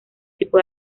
tipo